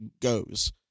goes